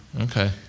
Okay